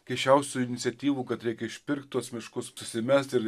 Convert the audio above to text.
keisčiausių iniciatyvų kad reikia išpirkti tuos miškus susimesti ir